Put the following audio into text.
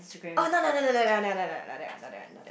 oh no no no no no no no not that one not that one not